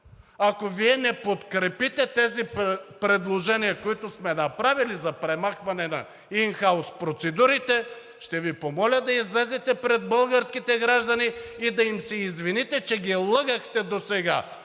ако Вие не подкрепите тези предложения, които сме направили за премахване на ин хаус процедурите, ще Ви помоля да излезете пред българските граждани и да им се извините, че ги лъгахте досега